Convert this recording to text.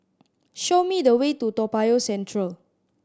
show me the way to Toa Payoh Central